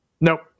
Nope